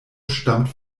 stammt